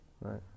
Right